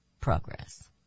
progress